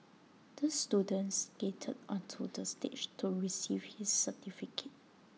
the student skated onto the stage to receive his certificate